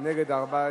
(דחיית מועד סיום ההחלה),